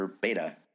beta